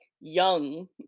young